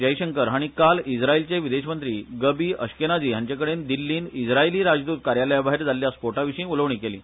जयशंकर हाणी काल इस्रायलचे विदेशमंत्री गबी अश्केनाझी हांचेकडे इस्रायली राजदूत कार्यालयाभायर जाल्ल्या स्फोटावीशी उलोवणी केली